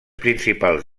principals